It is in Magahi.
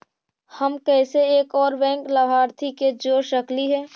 हम कैसे एक और बैंक लाभार्थी के जोड़ सकली हे?